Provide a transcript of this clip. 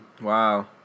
Wow